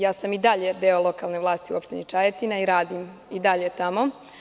Ja sam i dalje deo lokalne vlasti u Opštini Čajetina i radim i dalje tamo.